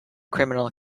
criminal